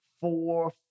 four